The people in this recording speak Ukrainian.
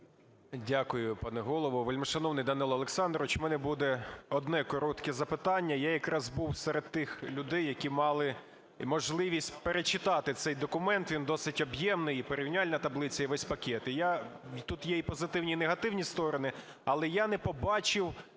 Дякую, пане Голово. Вельмишановний Данило Олександрович, у мене буде одне коротке запитання. Я якраз був серед тих людей які мали можливість перечитати цей документ, він досить об'ємний – і порівняльна таблиця, і весь пакет. І я… Тут є і позитивні, і негативні сторони. Але я не побачив